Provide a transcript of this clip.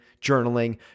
journaling